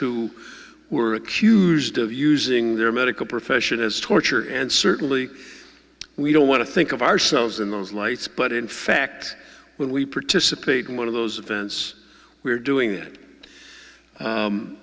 who were accused of using their medical profession as torture and certainly we don't want to think of ourselves in those lights but in fact when we participate in one of those events we're doing i